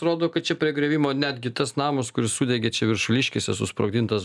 rodo kad čia prie griuvimo netgi tas namas kuris sudegė čia viršuliškėse susprogdintas